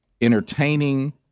entertaining